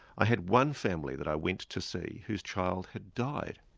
i had one family that i went to see whose child had died,